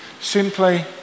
Simply